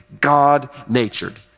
God-natured